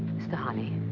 mr. honey,